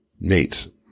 Nate